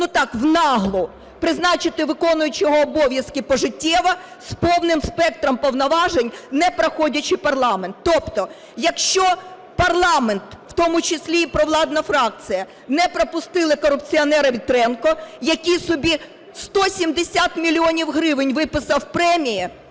ну, так в наглу, призначити виконуючого обов'язки пожиттєво з повним спектром повноважень, не проходячи парламент. Тобто, якщо парламент, в тому числі і провладна фракція, не пропустили корупціонера Вітренка, який собі 170 мільйонів гривень виписав премії